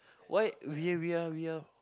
why we are we are we are